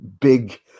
big